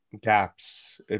gaps